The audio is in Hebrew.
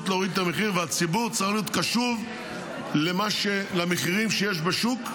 להוריד את המחיר והציבור צריך להיות קשוב למחירים שיש בשוק,